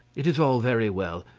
it is all very well,